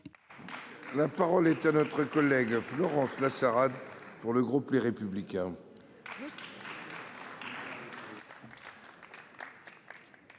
La parole est à Mme Florence Lassarade, pour le groupe Les Républicains.